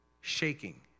shaking